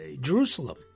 Jerusalem